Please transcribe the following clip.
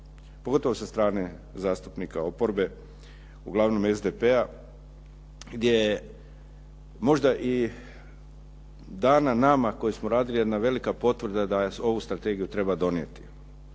pogotovo sa strane zastupnika oporbe, uglavnom SDP-a gdje je možda i dana nama koji smo radili jedna velika potvrda da ovu strategiju treba donijeti.